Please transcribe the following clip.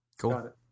Cool